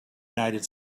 united